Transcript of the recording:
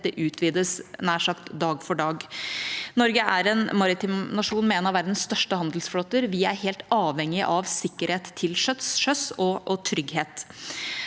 dette utvides nær sagt dag for dag. Norge er en maritim nasjon med en av verdens største handelsflåter. Vi er helt avhengig av sikkerhet til sjøs og trygghet.